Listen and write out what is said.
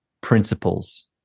principles